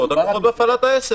בסדר, אני מקבל את הדברים שנאמרו.